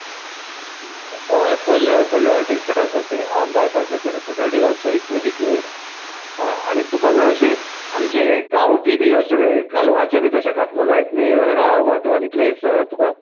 होय खोल्ले वचपाचे वाटेक तें आसा तें आ बायपासाचेर आसा that is also equally good हय आनी तुका जर अशें आमचें गांवठी बी अशें कालवाचें बी तशें खातलो जायत न्ही जाल्यार I have got one place तुका